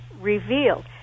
revealed